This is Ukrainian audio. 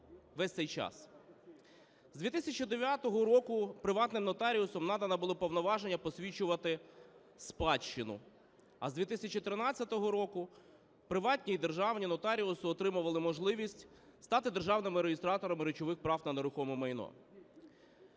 З 2009 року приватним нотаріусам надано було повноваження посвідчувати спадщину. А з 2013 року приватні і державні нотаріуси отримали можливість стати державними реєстраторами речових прав на нерухоме майно.